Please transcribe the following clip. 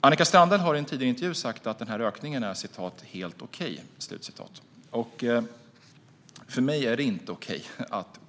Annika Strandhäll har i en intervju sagt att den här ökningen är "helt okej". För mig är det inte okej att